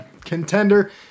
contender